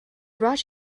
brought